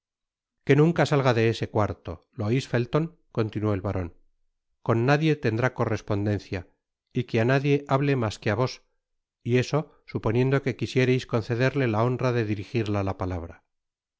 que nunca salga de ese cuarto lo ois felton continuó el baron con nadie tendrá correspondencia y que á nadie hable mas que á vos y eso suponiendo que quisiereis concederle la honra de dirijirla la palabra